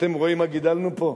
אתם רואים מה גידלנו פה?